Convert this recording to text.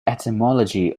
etymology